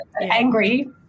angry